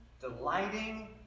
delighting